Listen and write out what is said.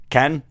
ken